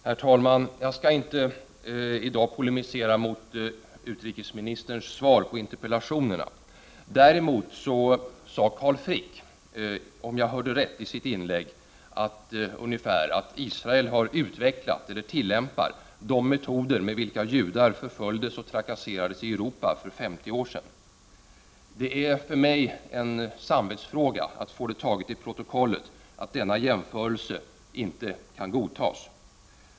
Herr talman! Jag skall inte i dag polemisera mot utrikesministerns svar på interpellationerna. Däremot sade Carl Frick, om jag hörde rätt, i sitt inlägg ungefär att Israel har utvecklat eller tillämpar de metoder enligt vilka judarna förföljdes och trakasserades i Europa för femtio år sedan. Det är för mig en samvetsfråga att få taget till protokollet att denna jämförelse inte kan godtas.